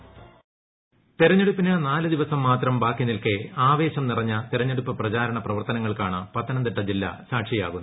intro തെരഞ്ഞെടുപ്പിന് നാല് ദിവസം മാത്രം ബാക്കി നിൽക്കേ ആവേശം നിറഞ്ഞ തെരഞ്ഞെടുപ്പ് പ്രചാരണ പ്രവർത്തനങ്ങൾക്കാണ് പത്തനംതിട്ട ജില്ല സാക്ഷിയാകുന്നത്